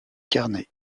carnets